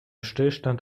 stillstand